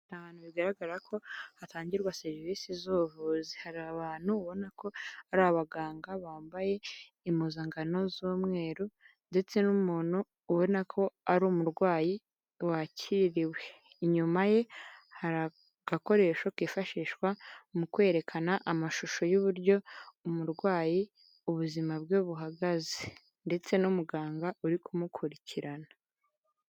Ni ahantu bigaragara ko hatangirwa serivisi z'ubuvuzi hari abantu ubona ko ari abaganga bambaye impuzankano z'umweru ndetse n'umuntu ubona ko ari umurwayi wakiriwe, inyuma ye harigakoresho kifashishwa mu kwerekana amashusho y'uburyo umurwayi ubuzima bwe buhagaze ,ndetse n'umuganga uri kumukurikirana.